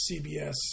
CBS